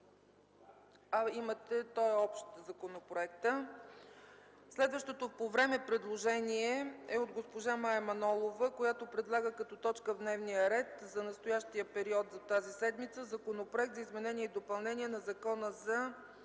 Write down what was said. Да. ПРЕДСЕДАТЕЛ ЦЕЦКА ЦАЧЕВА: Следващото по време предложение е от госпожа Мая Манолова, която предлага като точка в дневния ред за настоящия период, за тази седмица, Законопроект за изменение и допълнение на Закона за